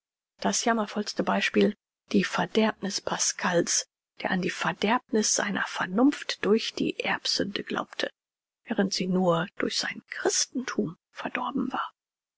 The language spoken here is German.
das jammervollste beispiel die verderbniß pascal's der an die verderbniß seiner vernunft durch die erbsünde glaubte während sie nur durch sein christenthum verdorben war